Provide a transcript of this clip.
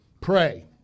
Pray